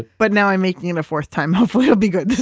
but now i'm making it a fourth time hopefully it'll be good